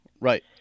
Right